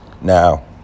Now